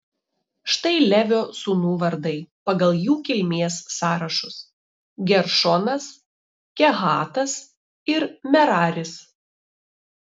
štai levio sūnų vardai pagal jų kilmės sąrašus geršonas kehatas ir meraris